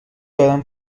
دارم